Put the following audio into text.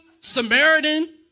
Samaritan